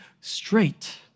straight